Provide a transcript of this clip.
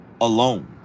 alone